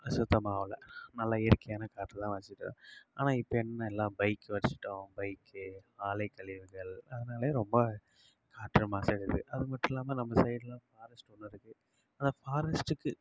அசுத்தமாகல நல்லா இயற்கையான காற்றேல்லாம் சுவாசிச்சோம் ஆனால் இப்போ என்ன எல்லா பைக்கு வச்சிட்டோம் பைக்கு ஆலைக்கழிவுகள் அதனால ரொம்ப காற்று மாசு ஆகுது அதுமட்டும் இல்லாமல் நம்ம சைடில் ஃபாரஸ்ட் ஒன்று இருக்குது அந்த ஃபாரஸ்ட்டுக்கு